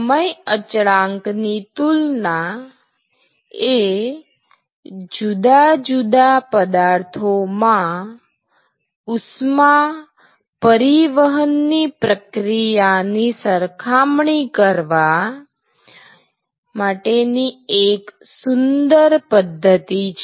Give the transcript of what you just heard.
સમય અચળાંક ની તુલના એ જુદા જુદા પદાર્થો માં ઉષ્મા પરિવહનની પ્રક્રિયાની સરખામણી કરવા માટેની એક સુંદર પદ્ધતિ છે